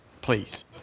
please